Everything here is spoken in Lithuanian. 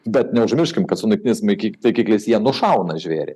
bet neužmirškim kad su naktiniais maikik taikikliais jie nušauna žvėrį